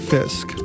Fisk